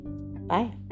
Bye